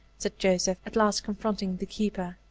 said joseph, at last confronting the keeper.